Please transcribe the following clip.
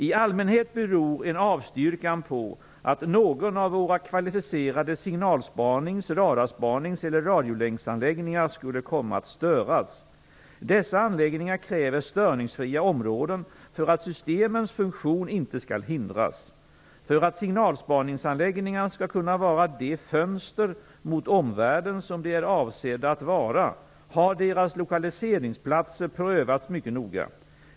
I allmänhet beror en avstyrkan på att någon av våra kvalificerade signalspanings-, radarspanings eller radiolänksanläggningar skulle komma att störas. Dessa anläggningar kräver störningsfria områden för att systemens funktion inte skall hindras. För att signalspaningsanläggningarna skall kunna vara de fönster mot omvärlden som de är avsedda att vara har deras lokaliseringsplatser prövats mycket noga.